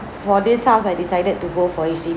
for this house I decided to go for H_D~